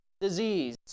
disease